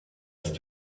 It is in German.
ist